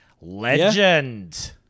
Legend